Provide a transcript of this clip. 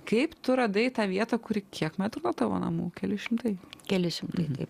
kaip tu radai tą vietą kuri kiek metrų buvo nuo tavo namų keli šimtai keli šimtai